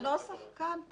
בנוסח כאן,